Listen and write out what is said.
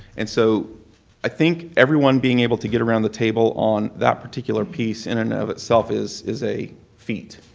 and so i think everyone being able to get around the table on that particular piece in and of itself is is a feat.